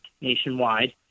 nationwide